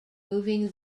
moving